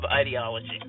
ideology